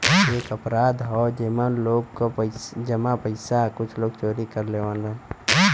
एक अपराध हौ जेमन लोग क जमा पइसा कुछ लोग चोरी कर लेवलन